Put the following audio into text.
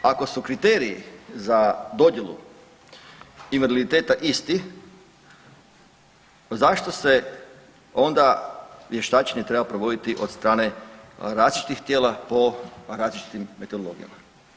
Ako su kriteriji za dodjelu invaliditeta isti, zašto se onda vještačenje treba provoditi od strane različitih tijela po različitim metodologijama?